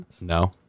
No